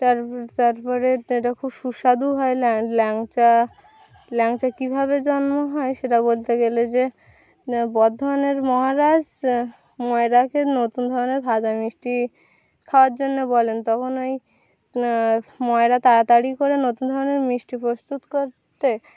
তার তারপরে এটা খুব সুস্বাদু হয় ল্যাংচা ল্যাংচা কীভাবে জন্ম হয় সেটা বলতে গেলে যে বর্ধমানের মহারাজ ময়রাকে নতুন ধরনের ভাজা মিষ্টি খাওয়ার জন্যে বলেন তখন ওই ময়রা তাড়াতাড়ি করে নতুন ধরনের মিষ্টি প্রস্তুত করতে